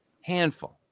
Handful